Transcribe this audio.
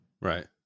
Right